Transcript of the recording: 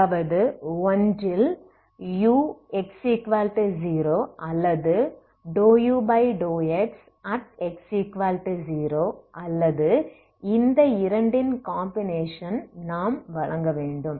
அதாவது ஒன்றில் u|x0அல்லது ∂u∂x|x0அல்லது இந்த இரண்டின் காம்பினேஷன் நாம் வழங்க வேண்டும்